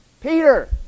Peter